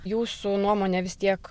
jūsų nuomone vis tiek